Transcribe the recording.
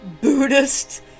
Buddhist